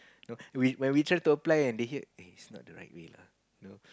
when we try to apply and they hear eh it's not the right way lah you know